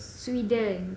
sweden